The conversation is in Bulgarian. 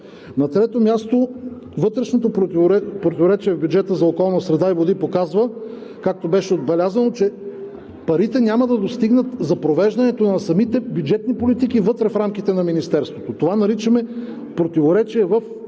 На трето място, вътрешното противоречие в бюджета за околна среда и води показва, както беше отбелязано, че парите няма да достигнат за провеждането на самите бюджетни политики вътре, в рамките на Министерството. Това наричаме противоречие в